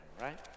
right